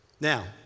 Now